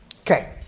Okay